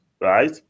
right